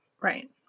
Right